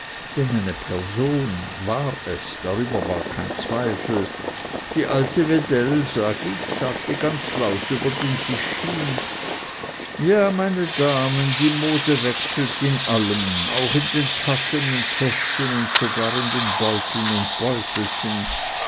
eine person war es darüber war kein zweifel die alte wedell sag ich sagte ganz laut über den tisch hin ja meine damen die mode wechselt in allem auch in den taschen und täschchen und sogar in den beuteln und beutelchen